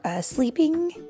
Sleeping